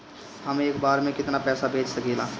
हम एक बार में केतना पैसा भेज सकिला?